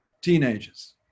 teenagers